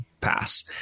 pass